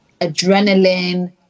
adrenaline